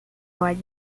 óleo